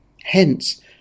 Hence